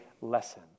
lesson